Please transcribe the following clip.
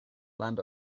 land